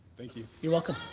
thank you. you're welcome.